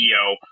CEO